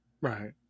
Right